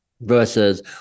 versus